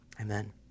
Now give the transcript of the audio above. Amen